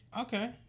Okay